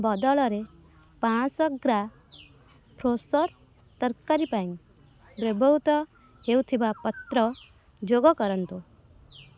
ବଦଳରେ ପାଆଁଶହ ଗ୍ରାମ୍ ଫ୍ରେଶୋର ତରକାରି ପାଇଁ ବ୍ୟବହୃତ ହେଉଥିବା ପତ୍ର ଯୋଗ କରନ୍ତୁ